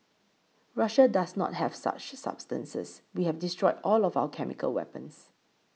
Russia does not have such substances we have destroyed all of our chemical weapons